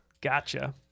Gotcha